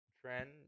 trend